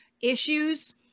issues